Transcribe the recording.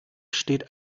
steht